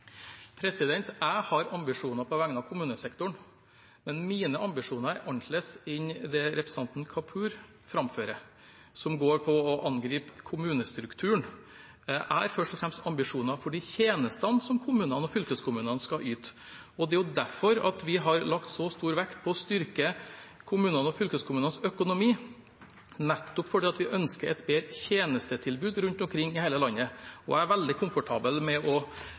Jeg har ambisjoner på vegne av kommunesektoren, men mine ambisjoner er annerledes enn det representanten Kapur framfører, som går på å angripe kommunestrukturen. Jeg har først og fremst ambisjoner for de tjenestene som kommunene og fylkeskommunene skal yte, og det er jo derfor vi har lagt så stor vekt på å styrke kommunene og fylkeskommunenes økonomi, nettopp fordi vi ønsker et bedre tjenestetilbud rundt omkring i hele landet. Jeg er veldig komfortabel med å